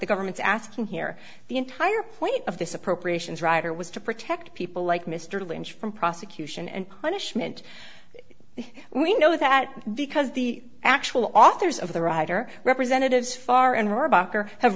the government's asking here the entire point of this appropriations rider was to protect people like mr lynch from prosecution and punishment we know that because the actual authors of the rider representatives far and